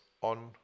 on